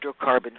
hydrocarbon